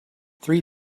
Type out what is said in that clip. three